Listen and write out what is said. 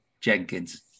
Jenkins